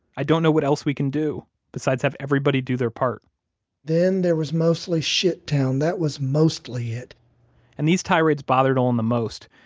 i don't know what else we can do besides have everybody do their part then there was mostly shittown. that was mostly it and these tirades bothered olin the most,